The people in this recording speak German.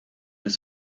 des